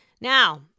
Now